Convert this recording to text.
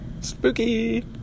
Spooky